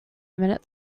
minute